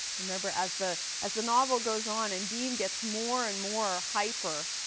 remember, as the as the novel goes on and dean gets more and more hyper,